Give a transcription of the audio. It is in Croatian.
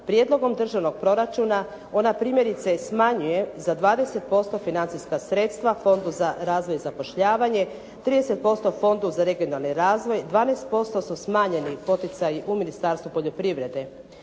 prijedlogom državnog proračuna ona primjerice smanjuje za 20% financijska sredstva Fondu za razvoj i zapošljavanje, 30% Fondu za regionalni razvoj, 12% su smanjeni poticaji u Ministarstvu poljoprivrede.